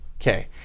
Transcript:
Okay